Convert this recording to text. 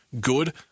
good